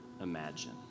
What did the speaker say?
imagine